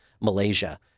Malaysia